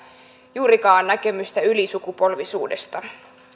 juurikaan näkemystä ylisukupolvisuudesta